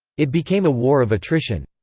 it became a war of attrition.